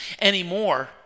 anymore